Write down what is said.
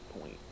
point